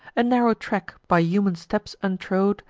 a narrow track, by human steps untrode,